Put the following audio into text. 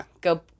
go